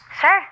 Sure